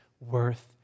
worth